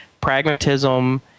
pragmatism